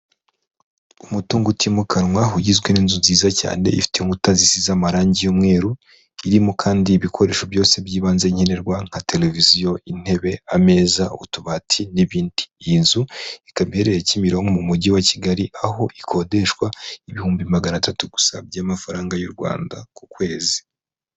Umutungo utimukanwa ugizwe n'inzu nziza cyane, ifite inkuta zisize amarangi y'umweru, irimo kandi ibikoresho byose by'ibanze nkenerwa nka tereviziyo, intebe, ameza, utubati n'ibindi. Iyi nzu ikaba iherereye Kimironko mu mujyi wa Kigali, aho ikodeshwa ibihumbi magana atatu gusa by'amafaranga y'u Rwanda ku kwezi.